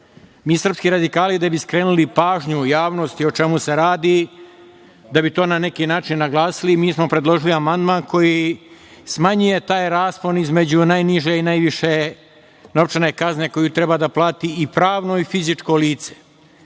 srpski radikali, da bi skrenuli pažnju javnosti i o čemu se radi, da bi to na neki način naglasili, mi smo predložili amandman koji smanjuje taj raspon između najniže i najviše novčane kazne koju treba da plati i pravno i fizičko lice.